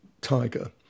tiger